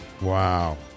Wow